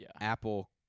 Apple